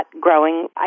growing